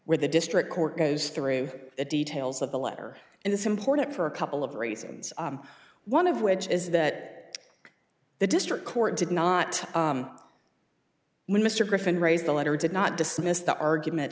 where the district court goes through the details of the letter and it's important for a couple of reasons one of which is that the district court did not when mr griffin raised the letter did not dismiss the argument